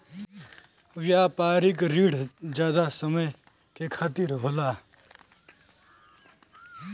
व्यापारिक रिण जादा समय के खातिर होला